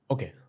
Okay